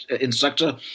instructor